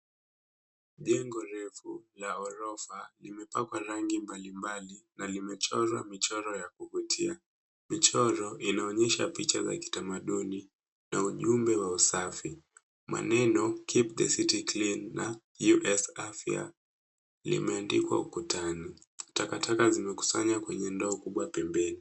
Jengo refu la ghorofa limepakwa rangi mbalimbali na limechorwa michoro ya kuvutia, michoro inaonyesha picha za kitamaduni na ujumbe wa usafi, maneno Keep The City Clean na US Afya limeandikwa ukutani, takataka zimekusanya kwenye ndoo kubwa pembeni.